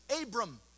Abram